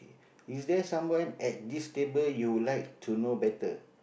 is there someone at this table you like to know better